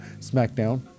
SmackDown